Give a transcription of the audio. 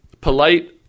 polite